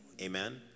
amen